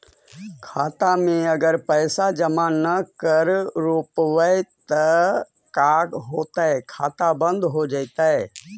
खाता मे अगर पैसा जमा न कर रोपबै त का होतै खाता बन्द हो जैतै?